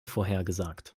vorhergesagt